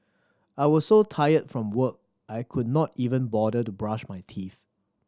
I was so tired from work I could not even bother to brush my teeth